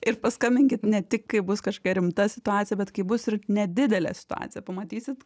ir paskambinkit ne tik kai bus kažkokia rimta situacija bet kai bus ir nedidelė situacija pamatysit